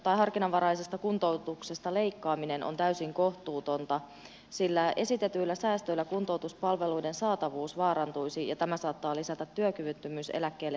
harkinnanvaraisesta kuntoutuksesta leikkaaminen on täysin kohtuutonta sillä esitetyillä säästöillä kuntoutuspalveluiden saatavuus vaarantuisi ja tämä saattaa lisätä työkyvyttömyyseläkkeelle siirtyvien määrää